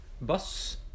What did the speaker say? Bus